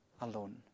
alone